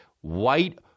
white